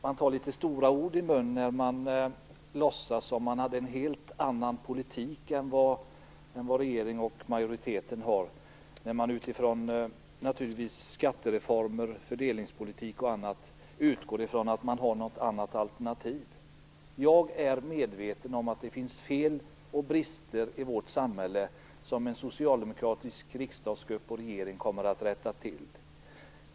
Man tar litet stora ord i munnen när man låtsas som om man hade en helt annan politik än regeringen och majoriteten, när man utifrån skattereformer, fördelningspolitik och annat utgår från att man har något annat alternativ. Jag är medveten om att det finns fel och brister i vårt samhälle som en socialdemokratisk riksdagsgrupp och regering kommer att rätta till.